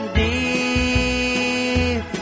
deep